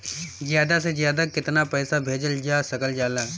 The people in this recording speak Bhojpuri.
ज्यादा से ज्यादा केताना पैसा भेजल जा सकल जाला?